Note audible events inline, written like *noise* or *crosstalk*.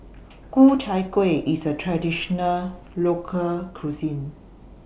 *noise* Ku Chai Kueh IS A Traditional Local Cuisine